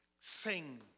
Sing